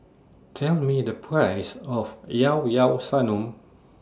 Tell Me The Price of Llao Llao Sanum